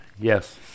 Yes